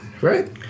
right